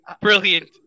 Brilliant